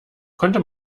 konnte